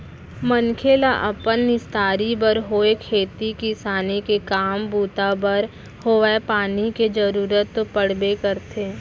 मनखे ल अपन निस्तारी बर होय खेती किसानी के काम बूता बर होवय पानी के जरुरत तो पड़बे करथे